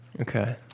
Okay